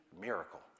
miracle